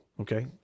okay